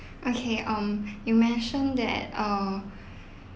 okay um you mentioned that uh